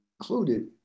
included